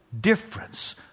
difference